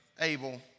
Abel